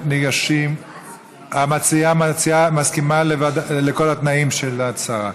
המציעה מסכימה לכל התנאים של השרה.